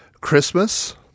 Christmas